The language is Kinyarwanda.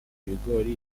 ibigori